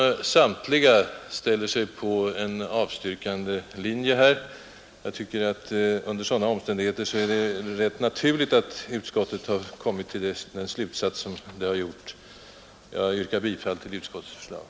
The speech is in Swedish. Samtliga dessa avstyrker som sagt. Jag tycker att det under sådana omständigheter är rätt naturligt att utskottet har kommit till slutsatsen att yrka avslag på motionen. Jag yrkar med detta bifall till utskottets betänkande.